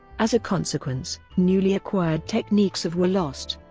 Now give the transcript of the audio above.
as a consequence, newly acquired techniques of were lost.